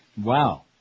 Wow